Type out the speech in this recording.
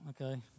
Okay